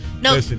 No